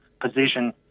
position